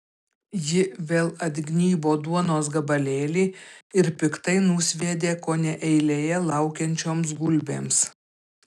ji vėl atgnybo duonos gabalėlį ir piktai nusviedė kone eilėje laukiančioms gulbėms